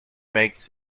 makes